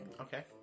Okay